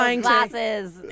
Glasses